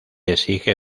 exige